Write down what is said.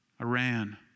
Iran